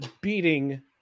beating